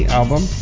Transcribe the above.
album